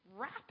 wrap